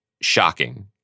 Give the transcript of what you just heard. shocking